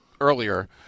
earlier